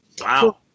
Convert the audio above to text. Wow